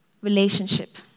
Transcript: relationship